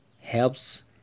helps